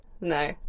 No